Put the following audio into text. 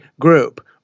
group